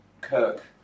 Kirk